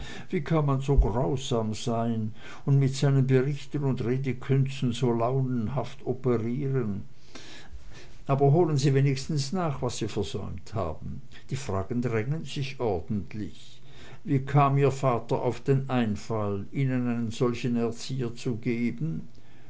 wie kann man so grausam sein und mit seinen berichten und redekünsten so launenhaft operieren aber holen sie wenigstens nach was sie versäumt haben die fragen drängen sich ordentlich wie kam ihr vater auf den einfall ihnen einen solchen erzieher zu geben